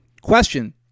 Question